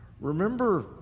remember